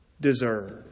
deserve